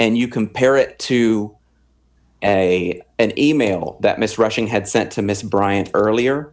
and you compare it to a and e mail that miss rushing had sent to mr bryant earlier